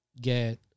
get